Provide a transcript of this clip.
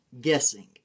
guessing